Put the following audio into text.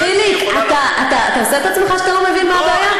חיליק, אתה עושה את עצמך שאתה לא מבין מה הבעיה?